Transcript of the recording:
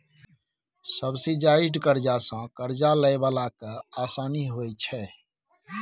subsidised करजा सँ करजा लए बला केँ आसानी होइ छै